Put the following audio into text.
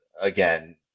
again